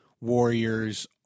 Warriors